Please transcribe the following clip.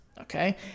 Okay